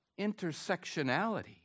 intersectionality